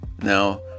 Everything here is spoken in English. Now